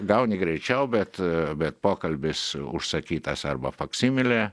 gauni greičiau bet bet pokalbis užsakytas arba faksimilė